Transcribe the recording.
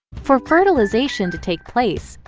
for fertilization to take place,